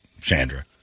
Chandra